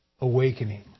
Awakening